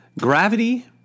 Gravity